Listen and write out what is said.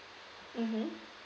mmhmm